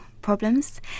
problems